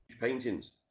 paintings